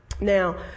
Now